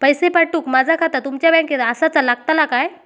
पैसे पाठुक माझा खाता तुमच्या बँकेत आसाचा लागताला काय?